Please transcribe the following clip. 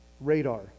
radar